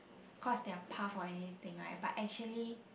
cross their path or anything right but actually